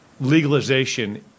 legalization